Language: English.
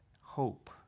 hope